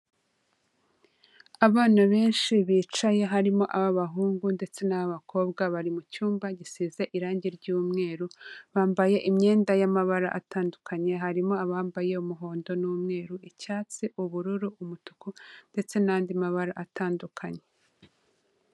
Abana benshi bicaye harimo ab'abahungu ndetse n'ab'abakobwa, bari mu cyumba gisize irangi ry'umweru, bambaye imyenda y'amabara atandukanye, harimo abambaye umuhondo n'umweru, icyatsi, ubururu, umutuku, ndetse n'andi mabara atandukanye.